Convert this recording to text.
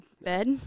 Bed